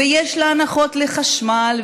ויש לה הנחות בחשמל,